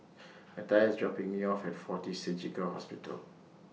Matthias IS dropping Me off At Fortis Surgical Hospital